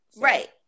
Right